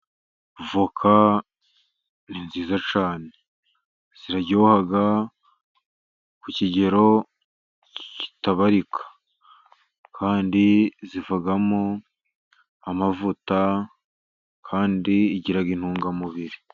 Avoka ni nziza cyane ziraryoha ku kigero kitabarika, kandi zivamo amavuta, kandi zigira intungamubiri.